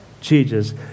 Jesus